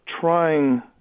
trying